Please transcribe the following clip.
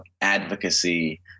Advocacy